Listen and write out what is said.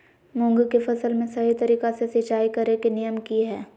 मूंग के फसल में सही तरीका से सिंचाई करें के नियम की हय?